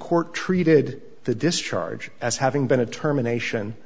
court treated the discharge as having been a determination